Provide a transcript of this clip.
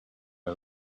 are